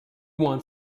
want